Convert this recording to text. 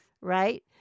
Right